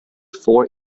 four